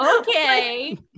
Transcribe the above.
okay